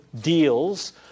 deals